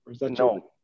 no